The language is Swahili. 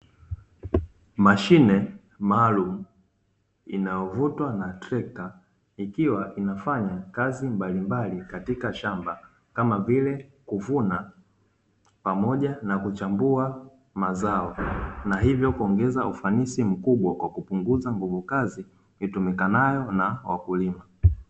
Mashine maalumu inayovutwa na trekta, ikiwa inafanya kazi mbalimbali katika shamba kama vile, kuvuna pamoja na kuchambua mazao na hivyo kuongeza ufanisi mkubwa kwa kupunguza nguvu kazi itumikanayo na wakulima.